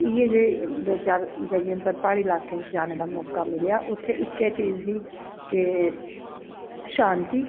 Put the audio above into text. इयै जेह् दो चार प्हाड़ी ल्हाकें च जानें दा मौका मिलेआ उत्थैं इक्कै चीज़ ही के शांति